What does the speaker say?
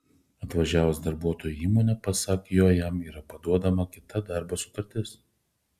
atvažiavus darbuotojui į įmonę pasak jo jam yra paduodama kita darbo sutartis